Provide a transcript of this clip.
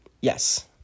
Yes